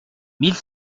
mille